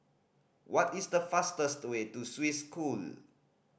what is the fastest way to Swiss School